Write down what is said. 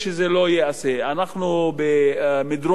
אנחנו במדרון מאוד חלקלק,